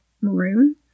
maroon